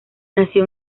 nació